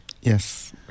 Yes